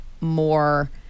more